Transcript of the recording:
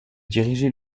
diriger